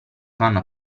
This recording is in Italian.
fanno